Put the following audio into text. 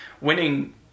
winning